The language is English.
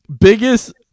Biggest